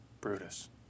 Brutus